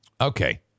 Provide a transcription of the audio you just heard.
Okay